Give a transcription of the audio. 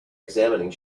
examining